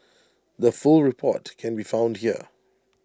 the full report can be found here